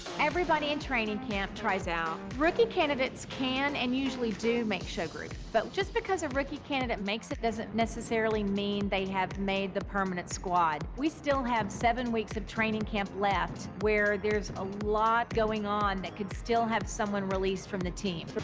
everybody in training camp tries out. rookie candidates can and usually do make show group. but just because a rookie candidate makes it doesn't necessarily mean they have made the permanent squad. we still have seven weeks of training camp left where there's a lot going on that could still have someone released from the team.